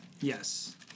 Yes